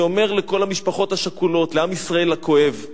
ואני אומר לכל המשפחות השכולות, לעם ישראל הכואב: